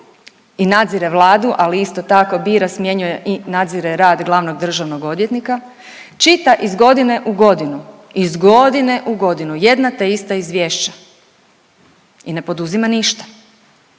i nadzire vladu, ali isto tako bira, smjenjuje i nadzire rad glavnog državnog odvjetnika čita iz godine u godinu, iz godine u godinu jedna te ista izvješća i ne poduzima ništa.